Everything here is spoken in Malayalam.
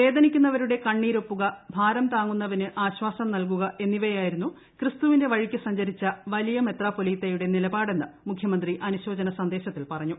വേദനിക്കൂന്നവരുടെ കണ്ണീരൊപ്പുക ഭാരം താങ്ങുന്നവന് ആശ്വാസം ന്യൂർകുക എന്നിവയായിരുന്നു ക്രിസ്തുവിന്റെ വഴിക്ക് സ്ഞ്ച്രീച്ച വലിയ മെത്രാപ്പൊലീത്തയുടെ നിലപാടെന്ന് മുഖ്യമന്ത്രിട്അ്നുശോചന സന്ദേശത്തിൽ പറഞ്ഞു